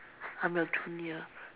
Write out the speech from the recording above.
I'm your junior